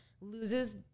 loses